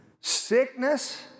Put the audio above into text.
Sickness